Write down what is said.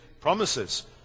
promises